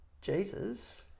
Jesus